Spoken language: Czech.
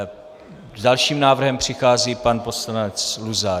S dalším návrhem přichází pan poslanec Luzar.